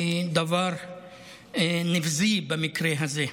היא דבר נבזי במקרה הזה.